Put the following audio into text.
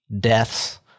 deaths